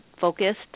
focused